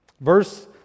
Verse